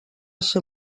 ser